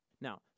Now